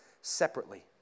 Separately